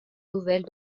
nouvelle